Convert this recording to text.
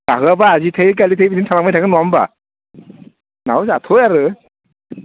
जाहोआबा आजि थायो कालि थायो बिदिनो थालांबाय थागोन नङा होमबा माव जाथ'यो आरो